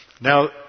Now